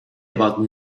about